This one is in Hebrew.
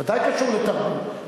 לא קשור לתרבות?